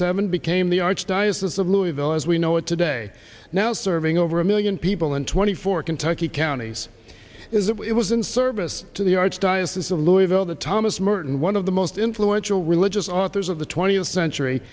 seven became the archdiocese of louisville as we know it today now serving over a million people in twenty four kentucky counties is it was in service to the archdiocese of louisville the thomas merton one of the most influential religious authors of the twentieth century